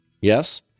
Yes